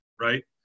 right